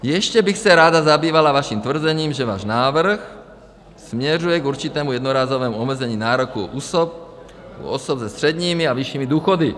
Ještě bych se ráda zabývala vaším tvrzením, že váš návrh směřuje k určitému jednorázovému omezení nároku u osob se středními a vyššími důchody.